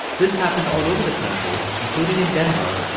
this happened all over the country, including in denver,